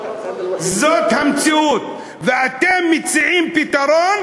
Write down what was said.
זאת המציאות, ואתם מציעים פתרון.